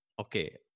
okay